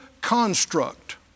construct